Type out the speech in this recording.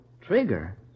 Trigger